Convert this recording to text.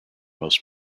most